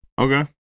Okay